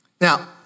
Now